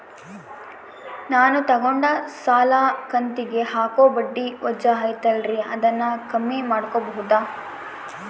ನಾನು ತಗೊಂಡ ಸಾಲದ ಕಂತಿಗೆ ಹಾಕೋ ಬಡ್ಡಿ ವಜಾ ಐತಲ್ರಿ ಅದನ್ನ ಕಮ್ಮಿ ಮಾಡಕೋಬಹುದಾ?